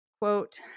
quote